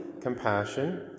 compassion